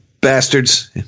bastards